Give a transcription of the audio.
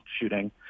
shooting